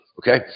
Okay